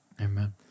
Amen